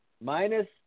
Minus